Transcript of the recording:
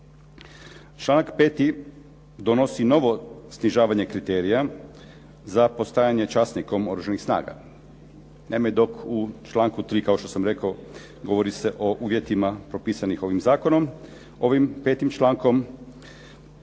Članak 5. donosi novo snižavanje kriterija za postajanje časnikom Oružanih snaga. Naime, dok u članku 3. kao što sam rekao, govori se o uvjetima propisanih ovim zakonom ovim 5. člankom